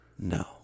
No